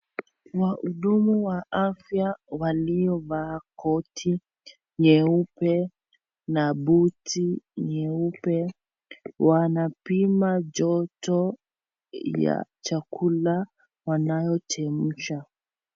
Wahudumu wa afya waliovaa koti nyeupe na buti nyeupe wanapima joto ya chakula wanayochemsha.